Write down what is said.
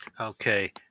Okay